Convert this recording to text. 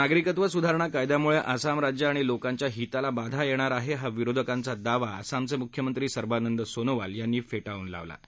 नागरिकत्व सुधारणा कायद्यामुळे आसाम राज्य आणि लोकांच्या हिताला बाधा येणार आहे हा विरोधकांचा दावा आसामचे म्ख्यमंत्री सर्बानंद सोनवाल यांनी फेटाळून लावला आहे